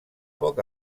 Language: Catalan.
poc